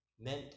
meant